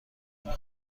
نمی